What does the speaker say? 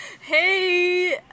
hey